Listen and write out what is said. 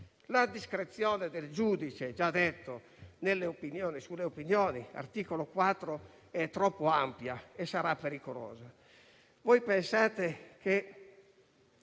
La discrezione del giudice, come già detto, nelle opinioni, *ex* articolo 4, è troppo ampia e sarà pericolosa.